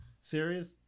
Serious